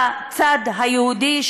בצד היהודי,